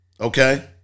okay